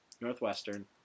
Northwestern